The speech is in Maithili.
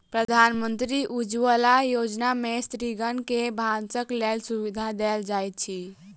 प्रधानमंत्री उज्ज्वला योजना में स्त्रीगण के भानसक लेल सुविधा देल जाइत अछि